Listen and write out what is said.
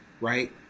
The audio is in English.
Right